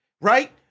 right